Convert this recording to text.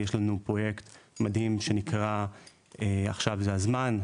יש לנו פרויקט מדהים שנקרא "עכשיו זה הזמן",